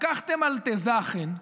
לקחתם אלטע זאכן,